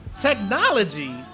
technology